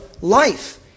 life